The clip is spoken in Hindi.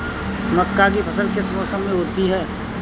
मक्का की फसल किस मौसम में होती है?